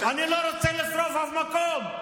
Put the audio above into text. אני לא רוצה לשרוף אף מקום.